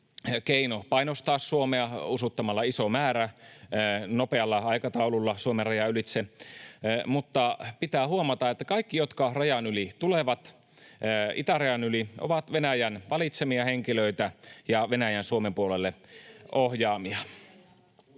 keino painostaa Suomea usuttamalla iso määrä nopealla aikataululla Suomen rajan ylitse, mutta pitää huomata, että kaikki, jotka itärajan yli tulevat, ovat Venäjän valitsemia henkilöitä ja Venäjän Suomen puolelle ohjaamia.